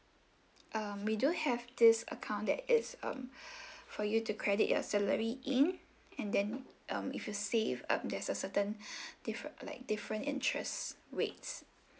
uh we do have this account that is um for you to credit your salary in and then um if you save um there's a certain different like different interests rates